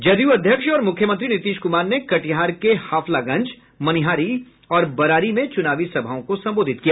जदयू अध्यक्ष और मुख्यमंत्री नीतीश कुमार ने कटिहार के हफलागंज मनिहारी और बरारी में चुनावी सभाओं को संबोधित किया